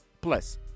plus